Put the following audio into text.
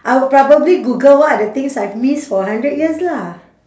I would probably google what are the things I've missed for a hundred years lah